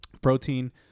protein